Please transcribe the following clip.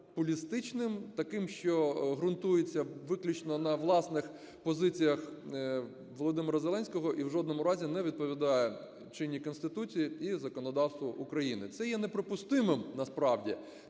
популістичним, таким, що ґрунтується виключно на власних позиціях Володимира Зеленського і в жодному разі не відповідає чинній Конституції, і законодавству України. Це є неприпустимим насправді,